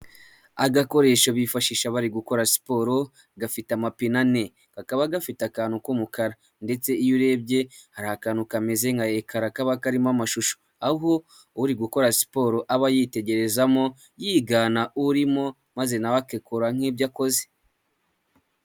Agakoresho bifashisha bari gukora siporo, gafite amapine ane. Kakaba gafite akantu k'umukara ndetse iyo urebye hari akantu kameze nka Ekara, kaba karimo amashusho, aho uri gukora siporo aba yitegerezamo, yigana urimo, maze na we akikora nk'ibyo akoze.